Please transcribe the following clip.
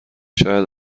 شاید